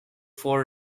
four